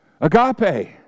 agape